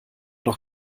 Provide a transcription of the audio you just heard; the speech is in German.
noch